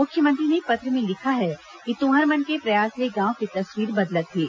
मुख्यमंत्री ने पत्र में लिखा है कि तुंहर मन के प्रयास ले गांव के तस्वीर बदलत हे